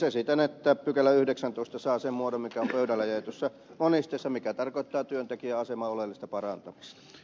esitän että pykälä saa sen muodon mikä on pöydille jaetussa monisteessa mikä tarkoittaa työntekijän aseman oleellista parantamista